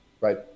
right